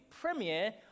premier